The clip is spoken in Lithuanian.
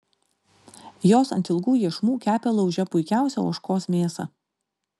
jos ant ilgų iešmų kepė lauže puikiausią ožkos mėsą